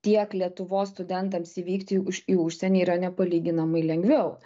tiek lietuvos studentams įvykti už į užsienį yra nepalyginamai lengviau